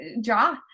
draw